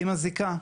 היא מזיקה.